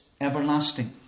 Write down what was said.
everlasting